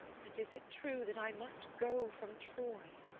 and is it true that i must go from troy?